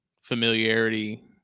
familiarity